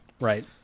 right